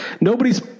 Nobody's